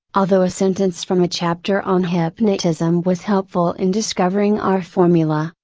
although a sentence from a chapter on hypnotism was helpful in discovering our formula,